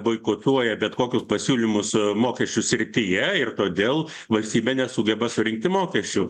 boikotuoja bet kokius pasiūlymus mokesčių srityje ir todėl valstybė nesugeba surinkti mokesčių